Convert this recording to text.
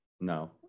no